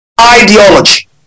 ideology